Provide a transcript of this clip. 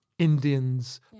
Indians